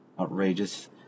outrageous